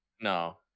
No